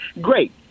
great